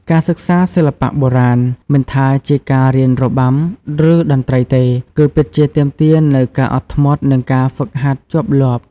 ការសិក្សាសិល្បៈបុរាណ មិនថាជាការរៀនរបាំ ឬតន្ត្រីទេ គឺពិតជាទាមទារនូវ ការអត់ធ្មត់ និងការហ្វឹកហាត់ជាប់លាប់។